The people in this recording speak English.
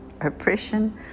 oppression